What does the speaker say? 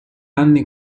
anni